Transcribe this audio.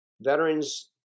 veterans